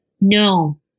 no